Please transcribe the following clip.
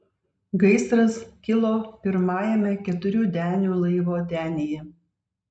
gaisras kilo pirmajame keturių denių laivo denyje